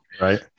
Right